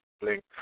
Blink